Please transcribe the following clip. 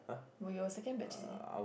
were your second batch is it